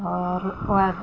forward